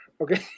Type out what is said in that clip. okay